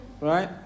right